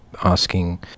asking